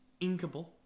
Inkable